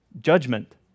judgment